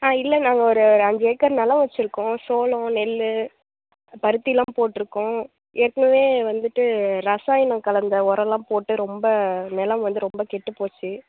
ஆ இல்லை நாங்கள் ஒரு அஞ்சு ஏக்கர் நிலம் வச்சுருக்கோம் சோளம் நெல் பருத்தி எல்லாம் போட்டுருக்கோம் ஏற்கனவே வந்துவிட்டு ரசாயனம் கலந்த உரம் எல்லாம் போட்டு ரொம்ப நிலம் வந்து ரொம்ப கெட்டு போச்சு